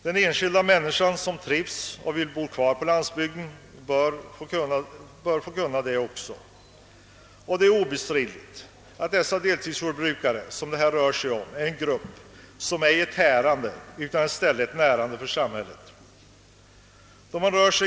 Den enskilda människan som trivs och vill bo kvar på landsbygden bör kunna få göra det. Det är obestridligt att dessa deltidsjordbrukare utgör en för samhället icke tärande utan i stället närande grupp.